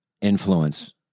Influence